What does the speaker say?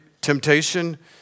temptation